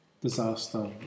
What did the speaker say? disaster